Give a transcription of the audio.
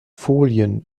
folien